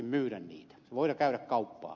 se voi käydä kauppaa